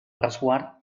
resguard